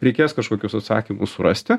reikės kažkokius atsakymus surasti